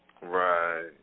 Right